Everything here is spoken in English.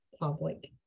public